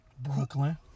Brooklyn